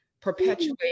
perpetuate